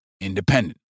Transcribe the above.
independent